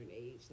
age